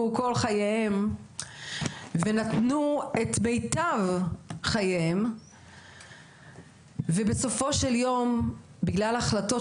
כל חייהם ונתנו את מיטב חייהם ובסופו של יום בגלל החלטות